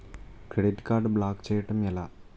Credit card block చేయడం ఎలా?